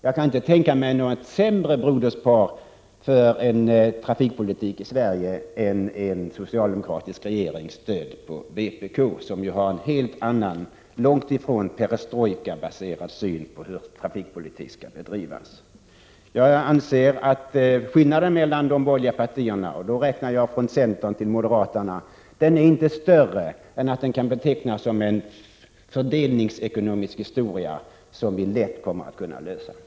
Jag kan inte tänka mig något sämre brödrapar när det gäller en trafikpolitik i Sverige än en socialdemokratisk regering som får stöd av vpk, ett parti som ju har en helt annan — och långt ifrån perestrojkabaserad — syn på hur trafikpolitik skall bedrivas. Jag anser att skillnaden mellan de borgerliga partierna, och då räknar jag från centern till moderata samlingspartiet, på denna punkt inte är större än att den kan betecknas som en fördelningsekonomisk historia, som vi lätt kommer att klara av.